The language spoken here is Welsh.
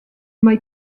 mae